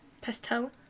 Pesto